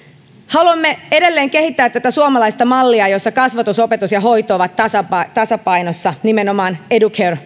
haluamme edelleen kehittää tätä suomalaista mallia jossa kasvatus opetus ja hoito ovat tasapainossa nimenomaan educare